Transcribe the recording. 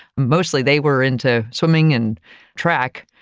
mostly, they were into swimming and track,